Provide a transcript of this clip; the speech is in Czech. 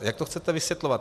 Jak to chcete vysvětlovat?